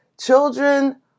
Children